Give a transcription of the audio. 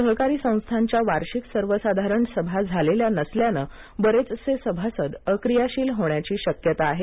सहकारी संस्थांच्या वार्षिक सर्वसाधारण सभा झालेल्या नसल्यानं बरेचसे सभासद अक्रियाशील होण्याची शक्यता आहे